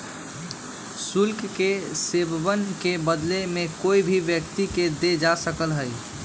शुल्क के सेववन के बदले में कोई भी व्यक्ति के देल जा सका हई